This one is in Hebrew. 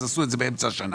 אז עשו את זה באמצע השנה.